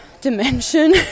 dimension